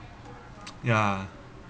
ya